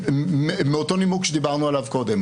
מאותו נימוק שדיברנו עליו קודם.